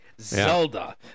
Zelda